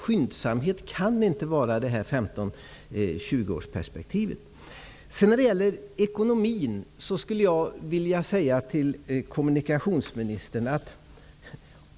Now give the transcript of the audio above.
''Skyndsamt'' kan inte betyda ett 15--20 års perspektiv.